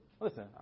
listen